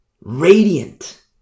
Radiant